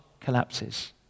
collapses